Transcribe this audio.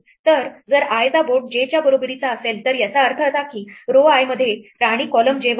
तर जर i चा बोर्ड j च्या बरोबरीचा असेल तर याचा अर्थ असा की row i मध्ये राणी column j वर आहे